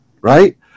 right